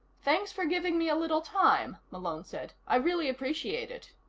thanks for giving me a little time, malone said. i really appreciate it.